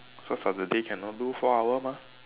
so Saturday cannot do four hour mah